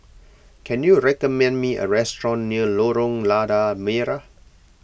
can you recommend me a restaurant near Lorong Lada Merah